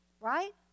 right